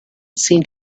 seemed